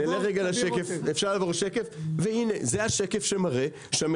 (שקף: האם